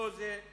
לא זה,